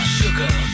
sugar